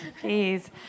Please